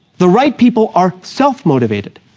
the right people are self motivated.